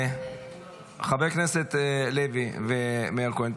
חבר הכנסת לוי ומאיר כהן,